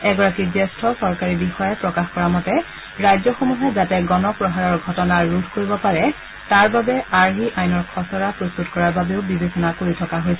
এগৰাকী জ্যেষ্ঠ চৰকাৰী বিষয়াই প্ৰকাশ কৰা মতে ৰাজ্যসমূহে যাতে গণ প্ৰহাৰৰ ঘটনা ৰোধ কৰিব পাৰে তাৰ বাবে আৰ্হি আইনৰ খচৰা প্ৰস্তত কৰাৰ বাবেও বিবেচনা কৰা হৈছে